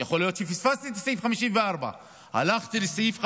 יכול להיות שפספסתי את סעיף 54. הלכתי לסעיף 54,